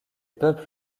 peuples